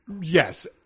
Yes